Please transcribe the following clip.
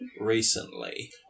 recently